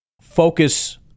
focus